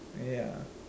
ya